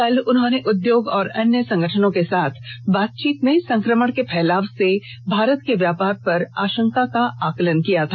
कल उन्होंने उद्योग और अन्य संगठनों के साथ बातचीत में संक्रमण के फैलाव से भारत के व्यापार पर आशंका का आकलन किया था